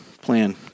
plan